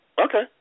Okay